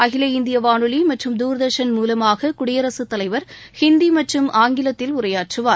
அகில இந்திய வானொலி மற்றும் தூர்தர்ஷன் மூலமாக குடியரசுத் தலைவர் ஹிந்தி மற்றும் ஆங்கிலத்தில் உரையாற்றுவார்